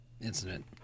incident